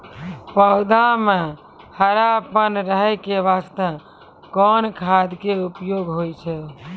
पौधा म हरापन रहै के बास्ते कोन खाद के उपयोग होय छै?